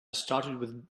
started